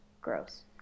gross